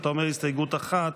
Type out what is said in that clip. כשאתה אומר הסתייגות 1,